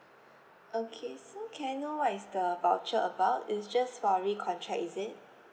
okay so can I know what is the voucher about is just for recontract is it